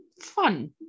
Fun